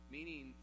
meaning